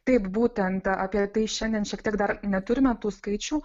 taip būtent apie tai šiandien šiek tiek dar neturime tų skaičių